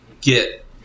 get